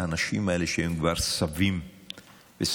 האנשים האלה שהם כבר סבים וסבתות,